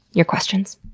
your questions.